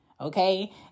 okay